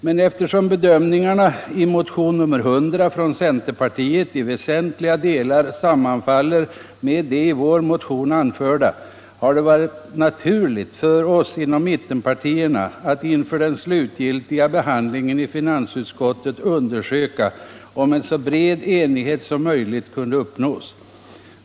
Men eftersom bedömningarna i motion 1975/76:100 från centerpartiet i väsentliga delar sammanfaller med de i vår motion anförda, har det varit naturligt för oss inom mittenpartierna att inför den slutgiltiga behandlingen i finansutskottet undersöka om en bred enighet kunde uppnås.